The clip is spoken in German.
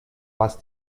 was